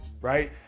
right